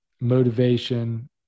motivation